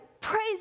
praise